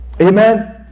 amen